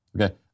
Okay